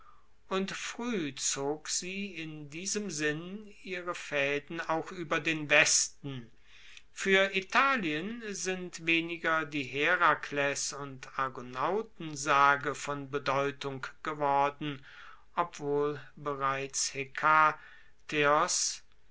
und frueh zog sie in diesem sinn ihre faeden auch ueber den westen fuer italien sind weniger die herakles und argonautensage von bedeutung geworden obwohl bereits